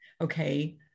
Okay